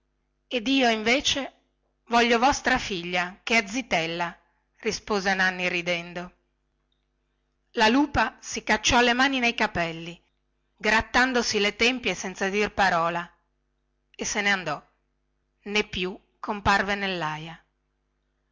ed io invece voglio vostra figlia che è vitella rispose nanni ridendo la lupa si cacciò le mani nei capelli grattandosi le tempie senza dir parola e se ne andò nè più comparve nellaia